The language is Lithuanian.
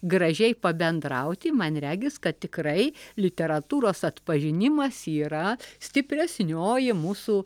gražiai pabendrauti man regis kad tikrai literatūros atpažinimas yra stipresnioji mūsų